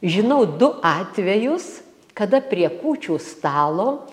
žinau du atvejus kada prie kūčių stalo